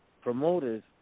promoters